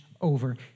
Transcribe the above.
over